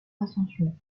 ascension